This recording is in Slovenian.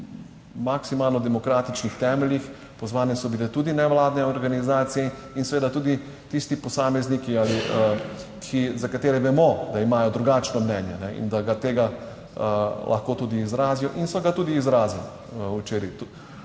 na maksimalno demokratičnih temeljih. Pozvane so bile tudi nevladne organizacije in seveda tudi tisti posamezniki ali, ki, za katere vemo, da imajo drugačno mnenje in da ga tega lahko tudi izrazijo in so ga tudi izrazili, včeraj.